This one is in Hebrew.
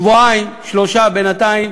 שבועיים, שלושה, בינתיים